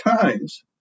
times